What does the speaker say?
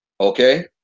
Okay